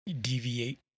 deviate